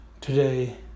today